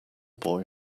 boy